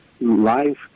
life